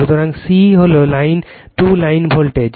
সুতরাং c হলো line to line voltage